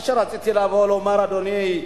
מה שרציתי לבוא ולומר, אדוני: